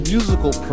Musical